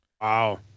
Wow